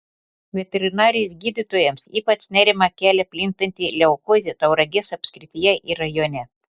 veterinarijos gydytojams ypač nerimą kelia plintanti leukozė tauragės apskrityje ir rajone